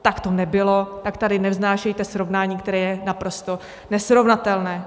Tak to nebylo, tak tady nevznášejte srovnání, které je naprosto nesrovnatelné.